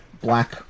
black